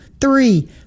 three